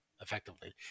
effectively